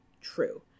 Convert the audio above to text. true